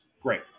Great